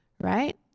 Right